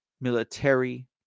military